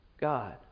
God